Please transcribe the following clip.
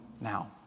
now